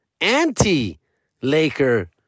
anti-Laker